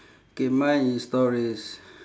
K mine is stories